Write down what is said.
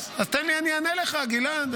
אז תן לי, אני אענה לך, גלעד.